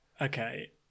Okay